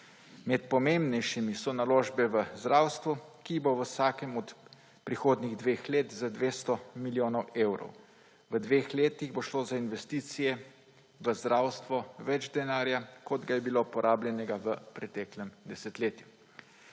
Med pomembnejšimi so naložbe v zdravstvu, ki jih bo v vsakem od prihodnjih dveh let za 200 milijonov evrov. V dveh letih bo šlo za investicije v zdravstvo več denarja, kot ga je bilo porabljenega v preteklem desetletju.